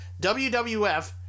WWF